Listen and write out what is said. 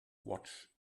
watch